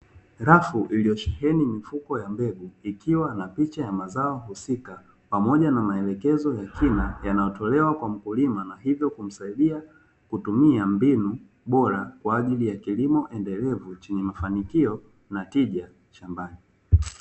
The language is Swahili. Rafu iliyosheheni mifuko ya mbegu, ikiwa na picha ya mazao husika pamoja na maelekezo ya kina yanayotolewa kwa mkulima na hivyo kumsaidia kutumia mbinu bora kwa ajili ya kilimo endelevu chenye mafanikio na tija shambani.